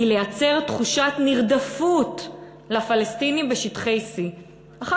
היא לייצר תחושת נרדפות אצל הפלסטינים בשטחי C. אחר